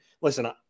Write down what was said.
listen